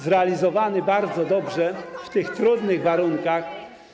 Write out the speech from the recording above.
zrealizowany bardzo dobrze w tych trudnych warunkach.